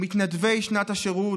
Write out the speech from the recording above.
מתנדבי שנת השירות,